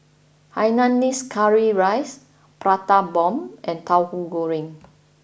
Hainanese Curry Rice Prata Bomb and Tauhu Goreng